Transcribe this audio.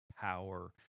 power